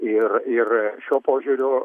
ir ir šiuo požiūriu